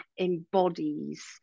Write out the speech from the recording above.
embodies